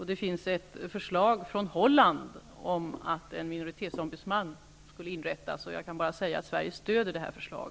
Det finns ett förslag från Holland om att en minoritetsombudsman skall inrättas. Och jag kan bara säga att Sverige stöder detta förslag.